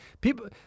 People